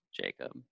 Jacob